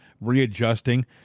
readjusting